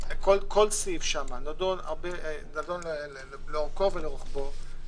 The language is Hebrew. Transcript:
כל סעיף שם נדון לאורכו ולרוחבו.